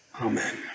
Amen